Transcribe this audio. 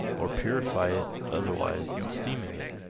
or purify it otherwise than steaming it.